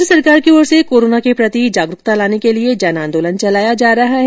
केन्द्र सरकार की ओर से कोरोना के प्रति जागरूकता लाने के लिए जन आंदोलन चलाया जा रहा है